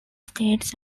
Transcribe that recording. states